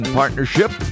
partnership